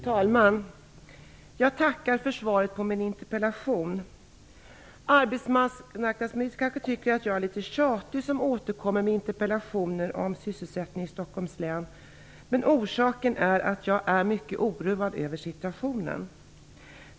Fru talman! Jag tackar för svaret på min interpellation. Arbetsmarknadsministern kanske tycker att jag är litet tjatig när jag återkommer med interpellationer om sysselsättningen i Stockholms län. Orsaken är att jag är mycket oroad över situationen.